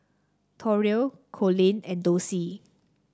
Torey Colin and Dossie